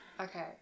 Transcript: Okay